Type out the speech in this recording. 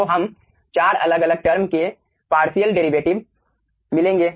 तो हम 4 अलग अलग टर्म के पार्शियल डेरीवेटिव मिलेंगे